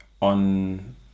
on